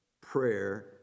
prayer